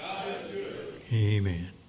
amen